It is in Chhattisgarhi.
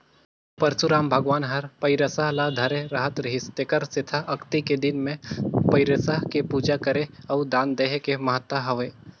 परसुराम भगवान हर फइरसा ल धरे रहत रिहिस तेखर सेंथा अक्ती के दिन मे फइरसा के पूजा करे अउ दान देहे के महत्ता हवे